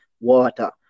water